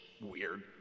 weird